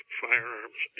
firearms